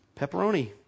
pepperoni